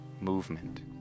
movement